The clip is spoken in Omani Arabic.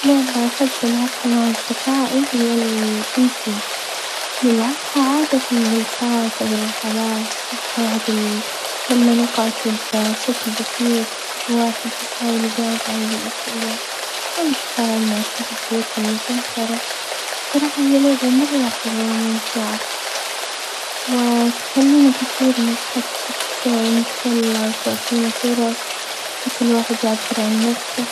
لعبة أحب ألعبها مع أصدقائي هي الحاسوب، نلعبها عادة في الجلسات أو الرحلات، قواعد ال لما نقعد بشكل بسيط كل واحد يجاوب عن الأسئلة، أو يتفاعل مع التحديات اللي تنطرح، بصراحة هي لعبة مرة حلوة وممتعة وتخلينا كثير نظحك ت-تس ونتسلى وتعطينا فرص أن كل واحد يعبر عن نفسه.